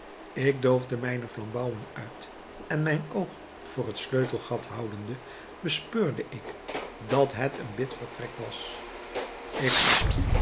ik doofde mijne flambouw uit en mijn oog voor het sleutelgat houdende bespeurde ik dat het een bidvertrek was ik zag